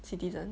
citizen